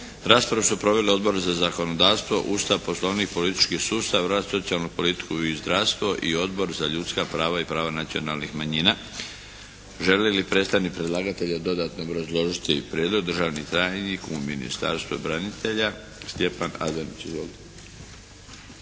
Raspravu su proveli Odbori za zakonodavstvo, Ustav, Poslovnik i politički sustav, rad, socijalnu politiku i zdravstvo i Odbor za ljudska prava i prava nacionalnih manjina. Želi li predstavnik predlagatelja dodatno obrazložiti prijedlog? Državni tajnik u ministarstvu branitelja Stjepan Adanić.